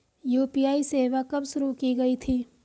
UPI सेवा कब शुरू की गई थी?